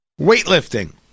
weightlifting